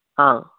ആ